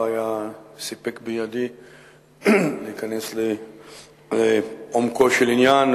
לא היה סיפק בידי להיכנס לעומקו של עניין,